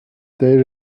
they